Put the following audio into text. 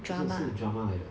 不是是 drama 来的